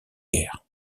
guerre